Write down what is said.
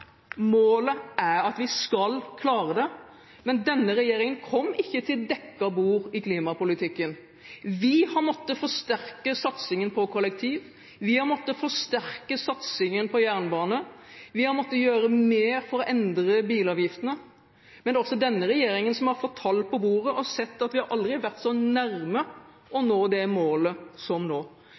Målet er at vi skal klare det. Men denne regjeringen kom ikke til dekket bord i klimapolitikken. Vi har måttet forsterke satsingen på kollektiv, vi har måttet forsterke satsingen på jernbane, vi har måttet gjøre mer for å endre bilavgiftene – men det er også denne regjeringen som har fått tall på bordet, og sett at vi aldri har vært så nærme å nå dette målet som nå.